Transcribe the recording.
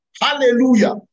Hallelujah